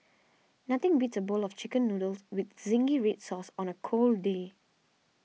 nothing beats a bowl of Chicken Noodles with Zingy Red Sauce on a cold day